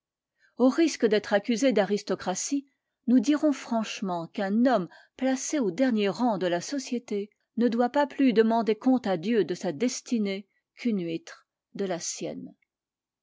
au risque d'être accusé d'aristocratie nous dirons franchement qu'un homme placé au dernier rang de la société ne doit pas plus demander compte à dieu de sa destinée qu'une huître de la sienne